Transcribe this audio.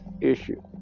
issue